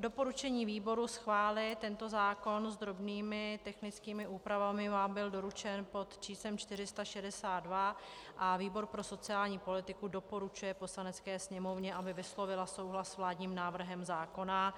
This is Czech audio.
Doporučení výboru schválit tento zákon s drobnými technickými úpravami vám bylo doručeno pod číslem 462 a výbor pro sociální politiku doporučuje Poslanecké sněmovně, aby vyslovila souhlas s vládním návrhem zákona